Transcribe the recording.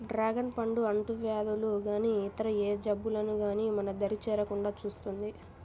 dragon పండు అంటువ్యాధులు గానీ ఇతర ఏ జబ్బులు గానీ మన దరి చేరకుండా చూస్తుంది